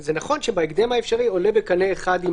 זה נכון שבהקדם האפשרי עולה בקנה אחד עם